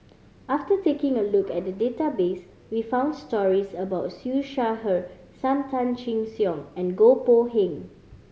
after taking a look at the database we found stories about Siew Shaw Her Sam Tan Chin Siong and Goh Poh Seng